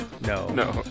No